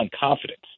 confidence